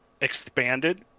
expanded